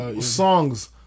songs